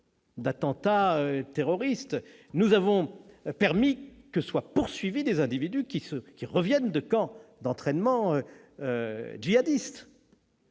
d'attentats terroristes. Nous avons permis que soient poursuivis des individus qui reviennent de camps d'entraînement djihadistes.